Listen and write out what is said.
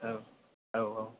औ औ औ